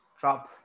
drop